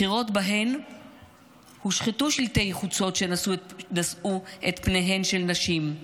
בחירות שבהן הושחתו שלטי חוצות שנשאו את פניהן של נשים,